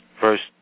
first